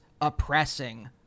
oppressing